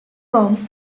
from